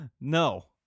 No